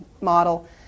model